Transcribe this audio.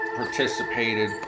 participated